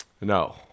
No